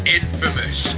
infamous